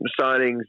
signings